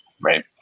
right